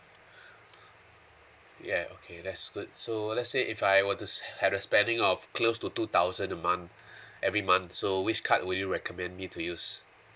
yeah okay that's good so let's say if I were to ha~ had a spending of close to two thousand a month every month so which card would you recommend me to use